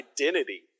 identity